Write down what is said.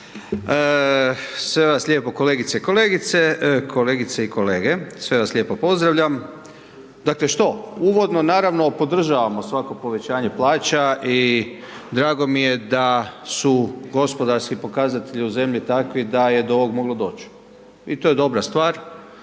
i kolegice, kolegice i kolege, sve vas lijepo pozdravljam. Dakle, što? Uvodno, naravno, podržavamo svako povećanje plaća i drago mi je da su gospodarski pokazatelji u zemlji takvi da je do ovog moglo doć i to je dobra stvar